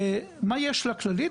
מה יש לכללית?